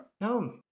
no